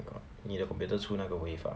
你的 computer 出那个 wave ah